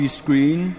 screen